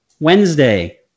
Wednesday